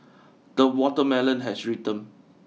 the watermelon has ripened